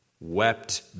Wept